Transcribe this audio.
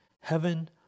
heaven